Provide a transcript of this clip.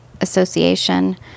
association